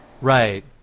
Right